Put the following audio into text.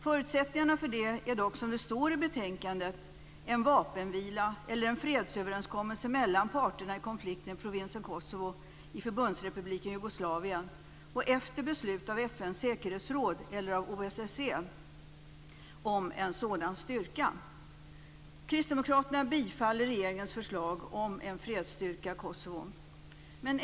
Förutsättningarna för detta är dock, som det står i betänkandet, en vapenvila eller en fredsöverenskommelse mellan parterna i konflikten i provinsen Kosovo i Förbundsrepubliken Jugoslavien och ett beslut av FN:s säkerhetsråd eller av OSSE om en sådan styrka. Kristdemokraterna bifaller regeringens förslag om en fredsstyrka i Kosovo.